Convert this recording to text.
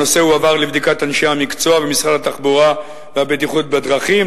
הנושא הועבר לבדיקת אנשי המקצוע במשרד התחבורה והבטיחות בדרכים.